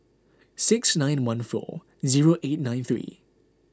six nine one four zero eight nine three